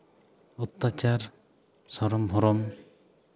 ᱚᱛᱛᱟᱪᱟᱨ ᱥᱚᱨᱚᱢ ᱵᱷᱚᱨᱚᱢ